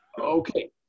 Okay